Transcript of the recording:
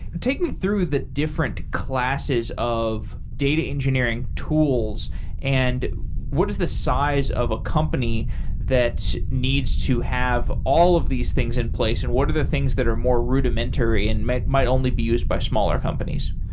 take me through the different classes of data engineering tools and what is the size of a company that needs to have all of these things in place and what are the things that are more rudimentary and might might only be used by smaller companies?